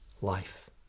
life